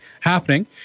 happening